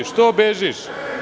Što bežiš?